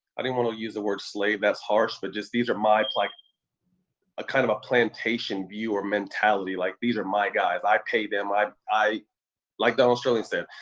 i didn't wanna use the word slave, that's harsh but just these are my, like a kind of a plantation view or mentality. like, these are my guys. i pay them. like like donald sterling said,